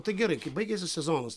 tai gerai kai baigiasi sezonas